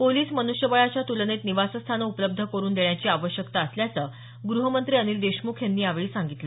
police मन्ष्यबळाच्या तुलनेत निवासस्थानं उपलब्ध करून देण्याची आवश्यकता असल्याचं गृहमंत्री अनिल देशमुख यांनी यावेळी सांगितलं